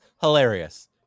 hilarious